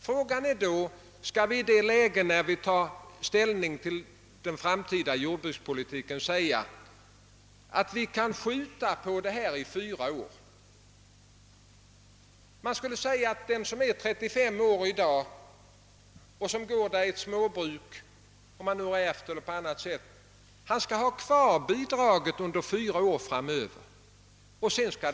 Frågan är då, om vi när vi tar ställning till den framtida jordbrukspolitiken skall förklara att processen skall kunna dras ut över fyra år. Den som i dag är 35 år och arbetar i ett ärvt eller på annat sätt erhållet småbruk, skulle alltså ha kvar bidraget under fyra år. Sedan tar det slut.